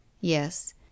Yes